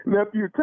Nephew